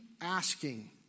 asking